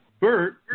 Bert